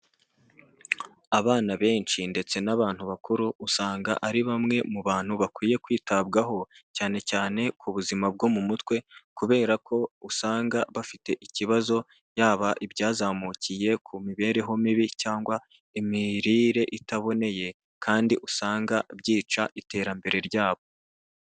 Abana benshi ndetse n'abantu bakuru usanga ari bamwe mu bantu bakwiye kwitabwaho cyane cyane ku buzima bwo mu mutwe, kubera ko usanga bafite ikibazo yaba ibyazamukiye ku mibereho mibi cyangwa imirire itaboneye kandi usanga byica iterambere ryabo.